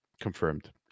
confirmed